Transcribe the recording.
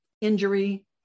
injury